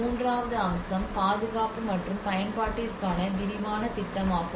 மூன்றாவது அம்சம் பாதுகாப்பு மற்றும் பயன்பாட்டிற்கான விரிவான திட்டமாகும்